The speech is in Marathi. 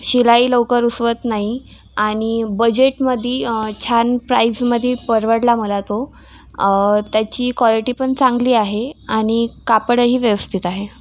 शिलाई लवकर उसवत नाही आणि बजेटमध्ये छान प्राईसमध्ये परवडला मला तो त्याची कॉल्टीपन चांगली आहे आणि कापडही व्यवस्थित आहे